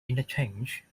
interchange